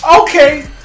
okay